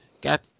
Got